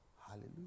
Hallelujah